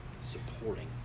supporting